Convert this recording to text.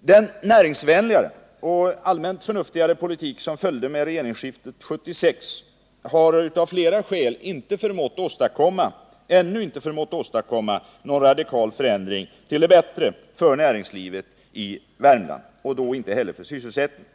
Den näringsvänligare och allmänt förnuftigare politik som följde med regeringsskiftet 1976 har av flera skäl ännu inte förmått åstadkomma någon radikal förändring till det bättre för näringslivet och sysselsättningen i Värmland.